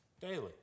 Daily